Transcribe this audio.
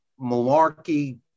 malarkey